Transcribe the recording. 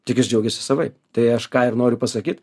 tik jis džiaugiasi savaip tai aš ką ir noriu pasakyt